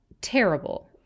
terrible